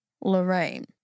Lorraine